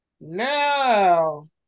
Now